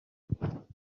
put